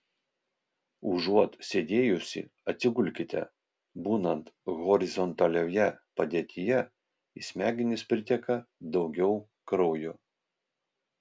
užuot sėdėjusi atsigulkite būnant horizontalioje padėtyje į smegenis priteka daugiau kraujo